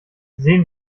sehen